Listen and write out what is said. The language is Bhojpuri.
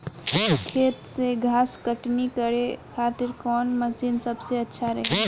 खेत से घास कटनी करे खातिर कौन मशीन सबसे अच्छा रही?